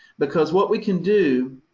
because what we can do,